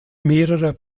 mehrerer